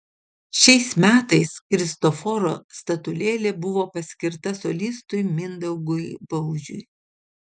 šiais metais kristoforo statulėlė buvo paskirta solistui mindaugui baužiui